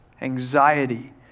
anxiety